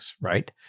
Right